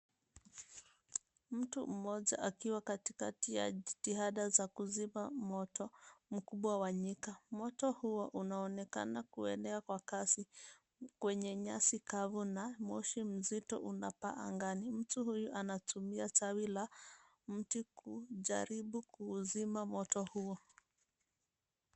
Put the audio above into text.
Mtu mmoja akiwa katikati ya jitihada za kuziba moto mkubwa wa nyika. Moto huo unaonekana kuenea kwa kasi kwenye nyasi kavu na moshi mzito unapaa angani. Mtu huyu anatumia tawi la mti kujaribu kuzima moto huo.